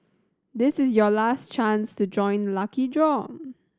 this is your last chance to join the lucky draw